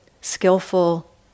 skillful